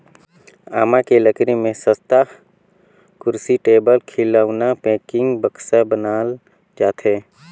आमा के लकरी में सस्तहा कुरसी, टेबुल, खिलउना, पेकिंग, बक्सा बनाल जाथे